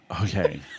Okay